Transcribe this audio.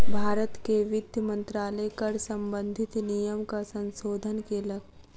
भारत के वित्त मंत्रालय कर सम्बंधित नियमक संशोधन केलक